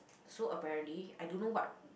so apparently I don't know what